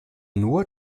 nur